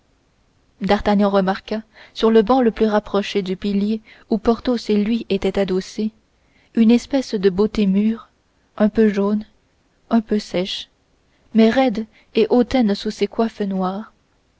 d'artagnan remarqua sur le banc le plus rapproché du pilier où porthos et lui étaient adossés une espèce de beauté mûre un peu jaune un peu sèche mais raide et hautaine sous ses coiffes noires